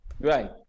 Right